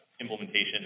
implementation